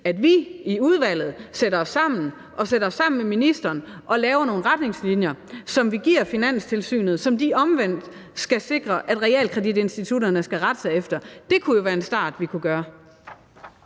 at vi i udvalget sætter os sammen, også med ministeren, og laver nogle retningslinjer, som vi giver Finanstilsynet, og som de omvendt skal sikre at realkreditinstitutterne skal rette sig efter? Det kunne jo være en start. Kl. 13:29 Anden